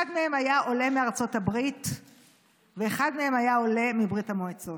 אחד מהם היה עולה מארצות הברית ואחד מהם היה עולה מברית המועצות.